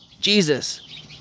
Jesus